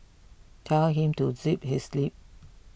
tell him to zip his lip